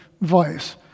vice